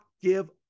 give